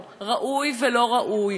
מותר ואסור?